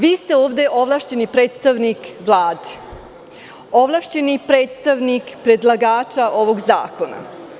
Vi ste ovde ovlašćeni predstavnik Vlade, ovlašćeni predstavnik predlagača ovog zakona.